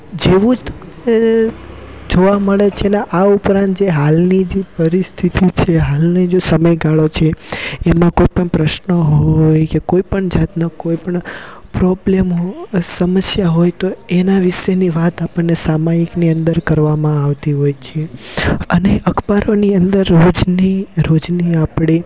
જેવું જ એ જોવા મળે છેને આ ઉપરાંત જે હાલની જે પરિસ્થિતિ છે હાલની જો સમયગાળો છે એમાં કોઈ પણ પ્રશ્ન હોય કે કોઈ પણ જાતનો કોઈ પણ પ્રોબ્લેમ હોય સમસ્યા હોય તો એના વિષેની વાત આપણને સામયિકની અંદર કરવામાં આવતી હોય છે અને અખબારોની અંદર રોજની રોજની આપણી